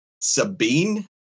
sabine